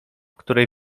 której